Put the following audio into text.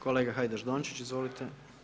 Kolega Hajdaš Dončić, izvolite.